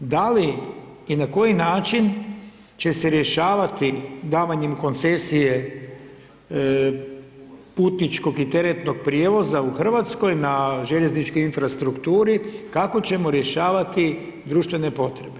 Da li i na koji način će se rješavati davanjem koncesije putničkog i teretnog prijevoza u Hrvatskoj na željezničkoj infrastrukturi, kako ćemo rješavati društvene potrebe?